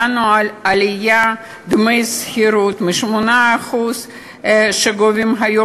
דנו על עליית דמי השכירות שגובים היום